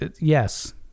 Yes